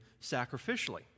sacrificially